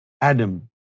Adam